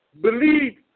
believe